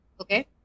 okay